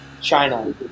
China